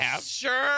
Sure